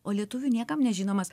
o lietuvių niekam nežinomas